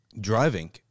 driving